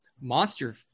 monster